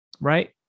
right